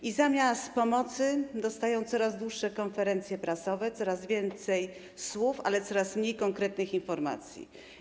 I zamiast pomocy dostają coraz dłuższe konferencje prasowe, coraz więcej słów, ale coraz mniej konkretnych informacji.